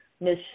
Miss